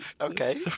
okay